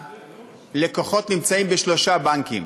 מהלקוחות נמצאים בשלושה בנקים.